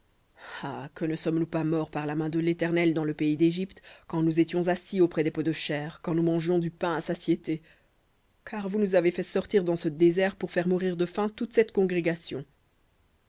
que ne sommes-nous morts par la main de l'éternel dans le pays d'égypte quand nous étions assis auprès des pots de chair quand nous mangions du pain à satiété car vous nous avez fait sortir dans ce désert pour faire mourir de faim toute cette congrégation